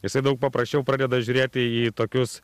jisai daug paprasčiau pradeda žiūrėti į tokius